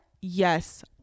yes